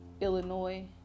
Illinois